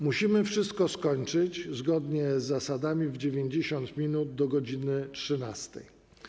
Musimy wszystko skończyć, zgodnie z zasadami, po 90 minutach, do godz. 13.